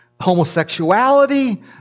homosexuality